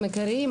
עיקריים.